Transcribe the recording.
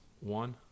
one